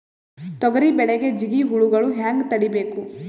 ತೊಗರಿ ಬೆಳೆಗೆ ಜಿಗಿ ಹುಳುಗಳು ಹ್ಯಾಂಗ್ ತಡೀಬೇಕು?